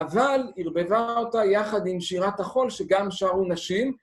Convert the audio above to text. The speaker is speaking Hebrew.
‫אבל ערבבה אותה יחד עם שירת החול ‫שגם שרו נשים.